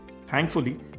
Thankfully